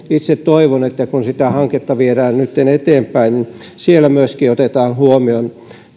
itse toivon että kun sitä hanketta viedään nytten eteenpäin niin siellä myöskin otetaan huomioon